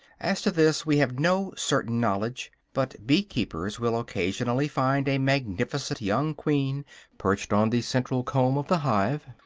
as to this, we have no certain knowledge but bee-keepers will occasionally find a magnificent young queen perched on the central comb of the hive,